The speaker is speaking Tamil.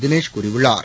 தினேஷ் கூறியுள்ளார்